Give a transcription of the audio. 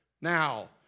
now